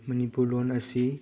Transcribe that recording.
ꯃꯅꯤꯄꯨꯔ ꯂꯣꯟ ꯑꯁꯤ